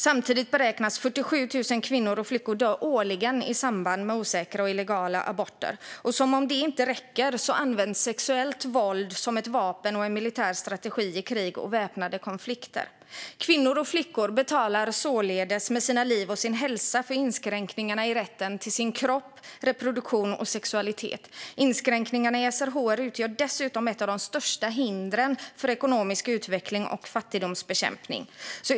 Samtidigt beräknas 47 000 kvinnor och flickor årligen dö i samband med osäkra och illegala aborter. Som om det inte räcker används sexuellt våld som ett vapen och en militär strategi i krig och väpnade konflikter. Kvinnor och flickor betalar således med sina liv och sin hälsa för inskränkningarna i rätten till sin kropp, reproduktion och sexualitet. Inskränkningarna i SRHR utgör dessutom ett av de största hindren för ekonomisk utveckling och fattigdomsbekämpning.